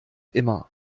immer